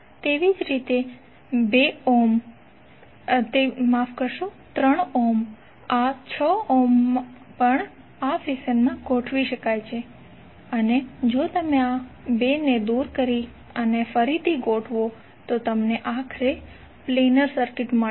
તેવી જ રીતે 3 ઓહ્મ આ 6 ઓહ્મ પણ આ ફેશનમાં ગોઠવી શકાય છે અને જો તમે આ ૨ ને દુર કરી અને ફરીથી ગોઠવો તો તમને આખરે પ્લેનર સર્કિટ મળશે